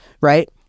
right